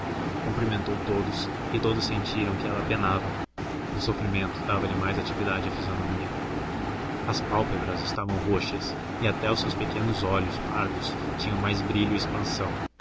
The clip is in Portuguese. cumprimentou todos e todos sentiram que ela penava o sofrimento dava-lhe mais atividade à fisionomia as pálpebras estavam roxas e até os seus pequenos olhos pardos tinham mais brilho e expansão